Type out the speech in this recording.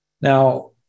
Now